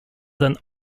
than